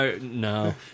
no